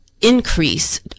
increase